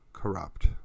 Corrupt